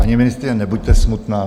Paní ministryně, nebuďte smutná.